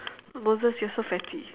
moses you're so fatty